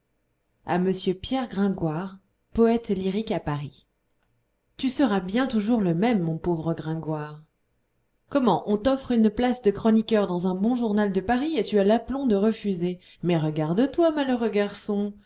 à m pierre gringoire poète lyrique à paris tu seras bien toujours le même mon pauvre gringoire comment on t'offre une place de chroniqueur dans un bon journal de paris et tu as l'aplomb de refuser mais regarde toi malheureux garçon